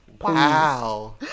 Wow